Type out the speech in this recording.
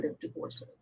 divorces